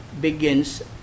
begins